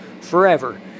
forever